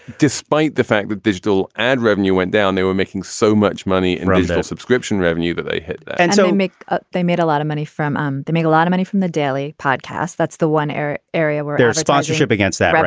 despite the fact that digital ad revenue went down, they were making so much money and run digital subscription revenue that they hit and so make up they made a lot of money from um the make a lot of money from the daily podcast. that's the one area area where their sponsorship against that,